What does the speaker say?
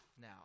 now